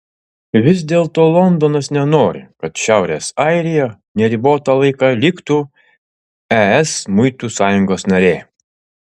vis dėlto londonas nenori kad šiaurės airija neribotą laiką liktų es muitų sąjungos narė